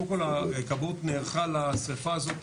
קודם כל הכבאות נערכה לשריפה הזאת,